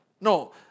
no